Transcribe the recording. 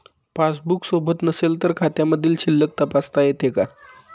Passbook सोबत नसेल तर खात्यामधील शिल्लक तपासता येते का?